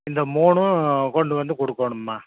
இந்த மூணும் கொண்டு வந்து குடுக்கணும்மா